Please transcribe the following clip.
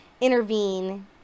intervene